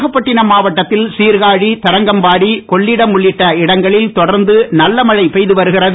நாகப்பட்டினம் மாவட்டத்தில் சிர்காழி தரங்கன்பாடி கொள்ளிடம் உள்ளிட்ட இடங்கில் தொடர்ந்து நல்ல மழை பெய்துவருகிறது